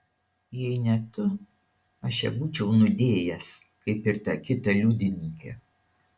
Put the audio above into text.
jei ne tu aš ją būčiau nudėjęs kaip ir tą kitą liudininkę